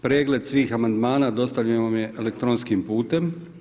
Pregled svih amandmana dostavljen vam je elektronskim putem.